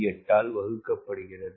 8 ஆல் வகுக்கப்படுகிறது